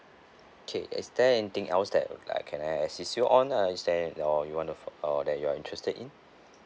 K is there anything else that uh like can I assist you on uh is there or you wanna p~ uh that you're interested in